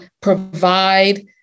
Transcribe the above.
provide